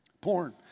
porn